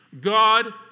God